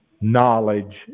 knowledge